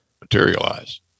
materialize